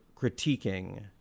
critiquing